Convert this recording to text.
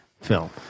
film